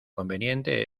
conveniente